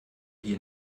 hier